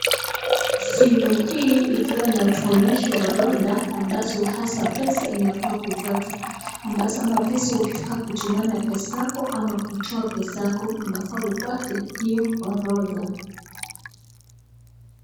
Simu hii ikiwa inatuonyesha orodha ambazo hasa pesa inafaa hufuata. Ambazo ama pesa ukitaka kutumana pesa yako ama kutoa pesa yako, unafaa ufuate hiyo orodha.